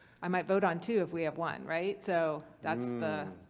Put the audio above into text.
i might vote on two if we have one, right. so that's the.